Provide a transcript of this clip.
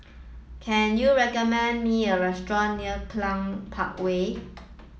can you recommend me a restaurant near Cluny Park Way